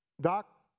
Doc